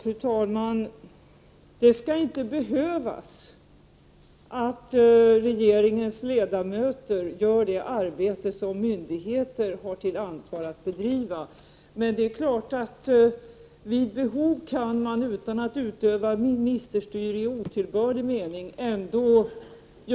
Fru talman! Regeringens ledamöter skall inte behöva göra det arbete som myndigheter har ansvar för att bedriva. Men det är klart att man vid behov ändå kan göra saker utan att utöva ministerstyre i otillbörlig mening.